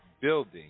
building